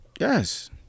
yes